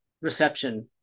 reception